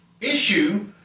issue